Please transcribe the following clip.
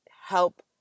help